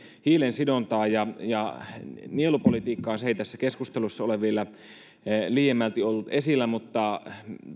hiilensidontaan eikä nielupolitiikka ole tässä keskustelussa ollut vielä liiemmälti esillä mutta